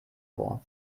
vor